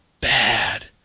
bad